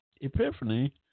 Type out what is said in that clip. epiphany